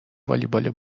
والیبال